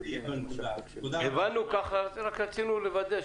הבנו ככה, רק רצינו לוודא.